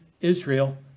Israel